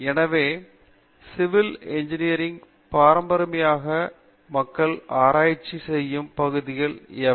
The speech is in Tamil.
எனவே சிவில் இன்ஜினியரிங் ன் பாரம்பரியமாக மக்கள் ஆராய்ச்சி செய்யும் பகுதிகள் எவை